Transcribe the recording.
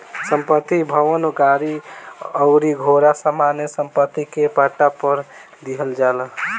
संपत्ति, भवन, गाड़ी अउरी घोड़ा सामान्य सम्पत्ति के पट्टा पर दीहल जाला